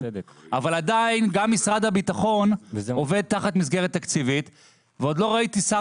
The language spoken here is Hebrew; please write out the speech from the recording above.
אבל עדיין גם משרד הביטחון עובד תחת מסגרת תקציבית ועוד לא ראיתי שר